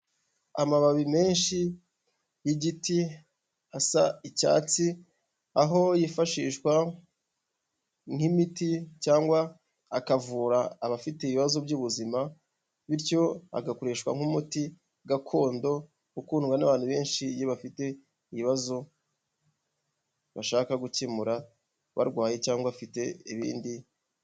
Amababi menshi y'igiti asa icyatsi aho yifashishwa nk'imiti, cyangwa akavura abafite ibibazo by'ubuzima bityo agakoreshwa nk'umuti gakondo ukundwa n'abantu benshi, iyo bafite ibibazo bashaka gukemura barwaye cyangwa bafite ibindi.